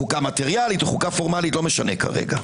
חוקה מטריאלית או פורמלית, לא משנה כרגע.